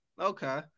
Okay